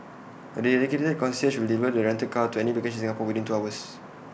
A dedicated concierge will deliver the rented car to any location in Singapore within two hours